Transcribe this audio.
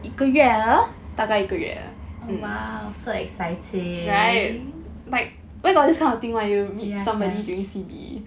oh !wow! so exciting yeah man